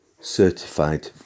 Certified